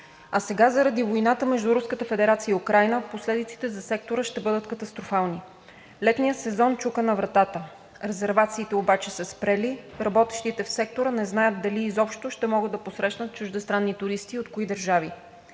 А сега заради войната между Руската федерация и Украйна последиците за сектора ще бъдат катастрофални. Летният сезон чука на вратата. Резервациите обаче са спрели, работещите в сектора не знаят дали изобщо ще могат да посрещнат чуждестранни туристи и от кои държави.